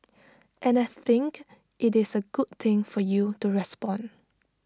and I think IT is A good thing for you to respond